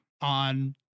on